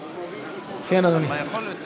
אדוני.